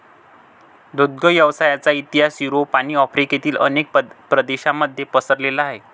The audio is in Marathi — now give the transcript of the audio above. दुग्ध व्यवसायाचा इतिहास युरोप आणि आफ्रिकेतील अनेक प्रदेशांमध्ये पसरलेला आहे